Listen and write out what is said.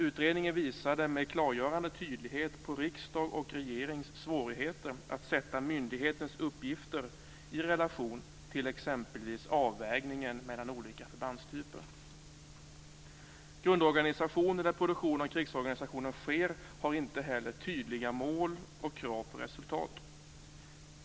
Utredningen visade med klargörande tydlighet på riksdags och regerings svårigheter att sätta myndighetens uppgifter i relation till exempelvis avvägningen mellan olika förbandstyper. Grundorganisationen, där produktionen av krigsorganisationen sker, har inte heller tydliga mål och krav på resultat.